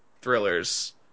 thrillers